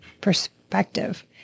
perspective